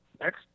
next